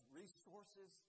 resources